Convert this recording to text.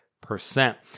percent